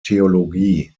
theologie